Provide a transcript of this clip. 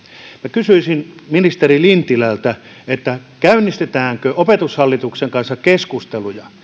kysyisin ministeri lintilältä käynnistetäänkö opetushallituksen kanssa keskusteluja